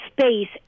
space